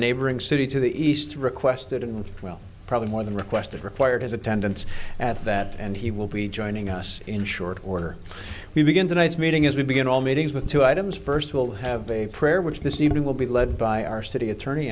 neighboring city to the east requested and will probably more than requested require his attendance at that and he will be joining us in short order we begin tonight meeting as we begin all meetings with two items first will have a prayer which this evening will be led by our city attorney